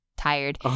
Tired